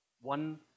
One